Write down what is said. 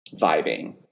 vibing